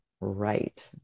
right